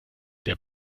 der